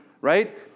right